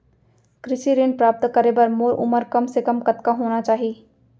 कृषि ऋण प्राप्त करे बर मोर उमर कम से कम कतका होना चाहि?